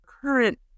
current